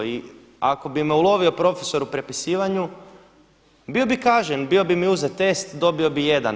I ako bi me ulovio profesor u prepisivanju bio bih kažnjen, bio bi mi uzet test, dobio bih jedan.